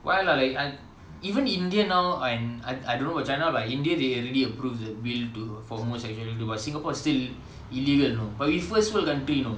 why lah like I even india now I'm I I don't know about china lah but india they already approved the will for homosexuality but singapore still illegal you know but we first world country you know